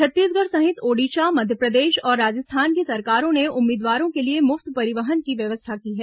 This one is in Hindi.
छत्तीसगढ़ सहित ओडिशा मध्यप्रदेश और राजस्थान की सरकारों ने उम्मीदवारों के लिए मुफ्त परिवहन की व्यवस्था की है